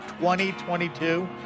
2022